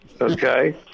Okay